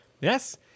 Yes